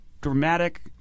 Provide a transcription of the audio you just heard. dramatic